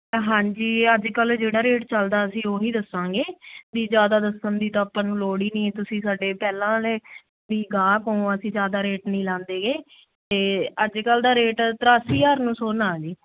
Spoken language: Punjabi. ਹਾਂਜੀ ਅੱਜ ਕੱਲ੍ਹ ਜਿਹੜਾ ਰੇਟ ਚੱਲਦਾ ਅਸੀਂ ਓਹੀ ਦੱਸਾਂਗੇ ਵੀ ਜ਼ਿਆਦਾ ਦੱਸਣ ਦੀ ਆਪਾਂ ਨੂੰ ਲੋੜ ਈ ਨੀ ਐ ਤੁਸੀਂ ਸਾਡੇ ਪਹਿਲਾਂ ਆਲ਼ੇ ਵੀ ਗਾਹਕ ਓਂ ਅਸੀਂ ਜ਼ਿਆਦਾ ਰੇਟ ਨੀ ਲਾਂਦੇ ਗੇ ਤੇ ਅੱਜ ਕੱਲ੍ਹ ਦਾ ਰੇਟ ਤਰਾਸੀ ਹਜ਼ਾਰ ਨੂੰ ਸੋਨਾ ਐ ਜੀ